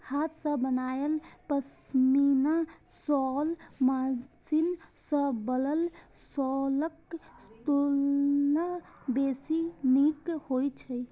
हाथ सं बनायल पश्मीना शॉल मशीन सं बनल शॉलक तुलना बेसी नीक होइ छै